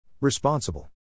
Responsible